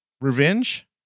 Revenge